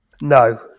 No